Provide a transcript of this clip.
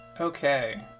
Okay